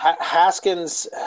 Haskins